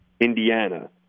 indiana